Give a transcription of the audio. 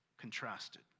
contrasted